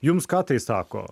jums ką tai sako